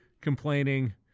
complaining